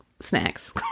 snacks